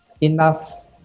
enough